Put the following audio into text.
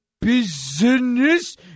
business